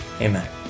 Amen